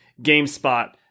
GameSpot